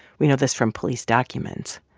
we know this from police documents.